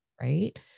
right